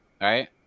right